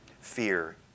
Fear